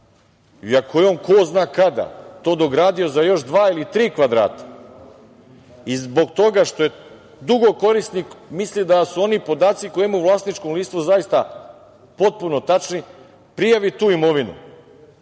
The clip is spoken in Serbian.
ako je on ko zna kada to dogradio za još dva ili tri kvadrata i zbog toga što je dugo korisnik misli da su oni podaci koje ima u vlasničkom listu zaista potpuno tačni, prijavi tu imovinu